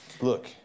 Look